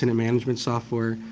and management software.